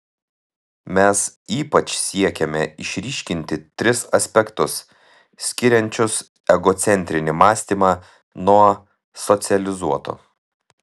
mes ypač siekėme išryškinti tris aspektus skiriančius egocentrinį mąstymą nuo socializuoto